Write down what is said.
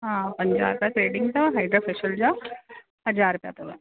हा पंजाह रुपिया थ्रेडिंग जा हाइड्रा फेशियल जा हज़ार रुपिया अथव